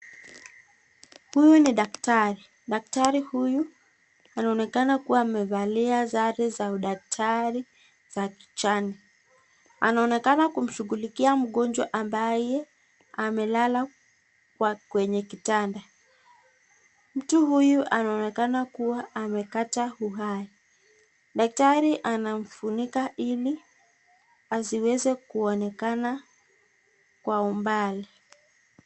Huyu ni daktari. Daktari huyu anaonekana kuwa amevalia sare za udaktari za kijani. Anaonekana kumshughulikia mgonjwa ambaye amelala kwenye kitanda. Mtu huyu anaonekana kuwa amekata uhai, daktari anamfunika ili asiweze kuonekana kwa umbali.